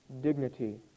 dignity